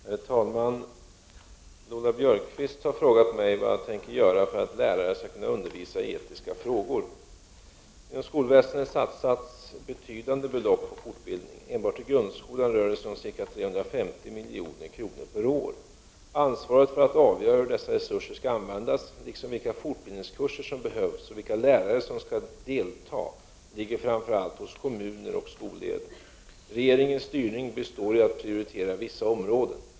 Herr talman! Lola Björkquist har frågat mig vad jag tänker göra för att lärare skall kunna undervisa i etiska frågor. Inom skolväsendet satsas betydande belopp på fortbildning. Enbart i grundskolan rör det sig om ca 350 milj.kr. per år. Ansvaret för att avgöra hur dessa resurser skall användas, liksom vilka fortbildningskurser som behövs och vilka lärare som skall delta, ligger framför allt hos kommuner och skolledning. Regeringens styrning består i att prioritera vissa områden.